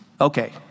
Okay